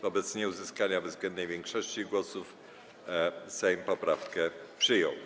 Wobec nieuzyskania bezwzględnej większości głosów Sejm poprawkę przyjął.